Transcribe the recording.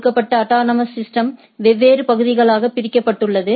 கொடுக்கப்பட்ட autonomous system வெவ்வேறு பகுதிகளாக பிரிக்கப்பட்டுள்ளது